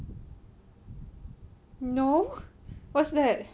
no what's that